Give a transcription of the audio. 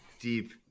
deep